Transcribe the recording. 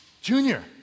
Junior